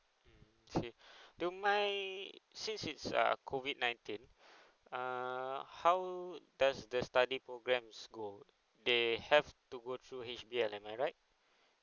okay do you mind since it's uh COVID nineteen err how does the study program in school they have to go through H_P_L am I right